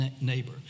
neighbor